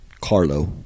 Carlo